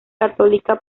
católica